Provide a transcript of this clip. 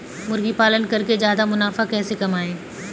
मुर्गी पालन करके ज्यादा मुनाफा कैसे कमाएँ?